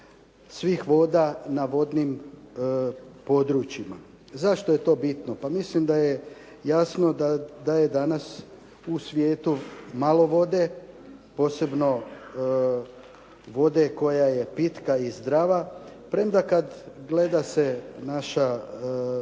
svih voda na vodnim područjima. Zašto je to bitno? Pa mislim da je jasno da je danas u svijetu malo vode, posebno vode koja je pitka i zdrava, premda kada gleda se naša